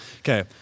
Okay